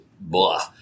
Blah